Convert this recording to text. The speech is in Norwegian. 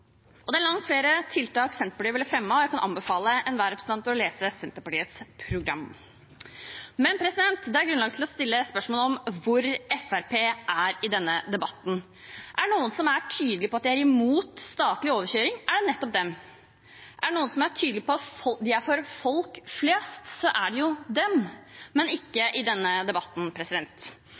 Og det er langt flere tiltak Senterpartiet ville fremmet. Jeg kan anbefale enhver representant å lese Senterpartiets program. Men det er grunnlag for å stille spørsmål om hvor Fremskrittspartiet er i denne debatten. Er det noen som er tydelige på at de er imot statlig overkjøring, er det nettopp dem. Er det noen som er tydelige på at de er for folk flest, er det jo dem – men ikke i denne debatten.